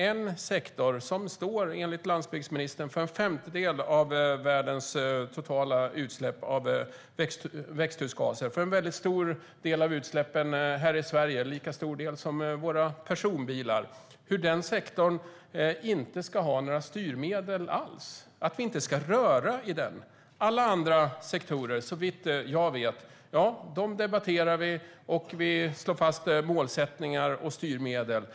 En sektor som enligt landsbygdsministern står för en femtedel av världens totala utsläpp av växthusgaser och för en stor del av utsläppen här i Sverige - en lika stor del som våra personbilar - ska alltså inte ha några styrmedel alls. Vi ska inte röra i den. Alla andra sektorer debatterar vi, såvitt jag vet, och slår fast målsättningar och styrmedel för.